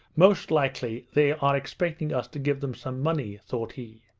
most likely they are expecting us to give them some money thought he.